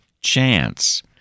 chance